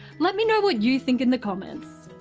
let me know what you think in the comments,